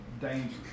Dangerous